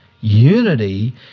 Unity